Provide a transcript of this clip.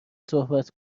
صحبت